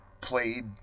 played